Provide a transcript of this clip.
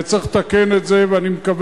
חוק המוזיאונים, ובשמו המלא: